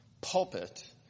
pulpit